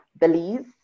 belize